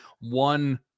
one